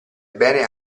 bene